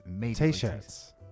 T-shirts